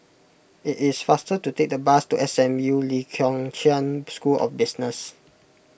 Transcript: it is faster to take the bus to S M U Lee Kong Chian School of Business